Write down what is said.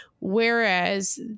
Whereas